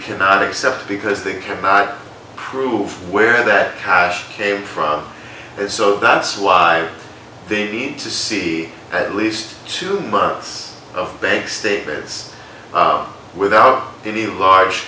cannot accept because they can't prove where that cash came from so that's why they need to see at least two months of bank statements without any large